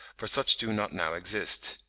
for such do not now exist.